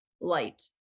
light